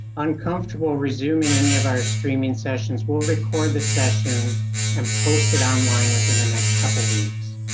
uncomfortable resuming any of our streaming sessions we'll record the session and post it on line within the next couple weeks.